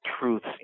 Truths